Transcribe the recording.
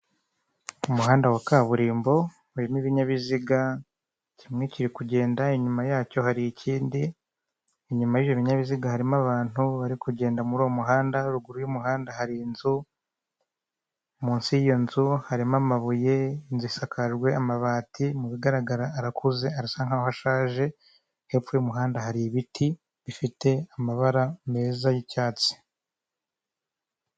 Umukobwa usa neza uhagaze wambaye ikote n'ishati y'umweru mu maso n'inzobe afite imisatsi mu ntoki afitemo akantu kameze nk'impano bamuhaye, mbere ye hariho amagambo yanditse m'ururimi rw'igifaransa.